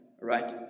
right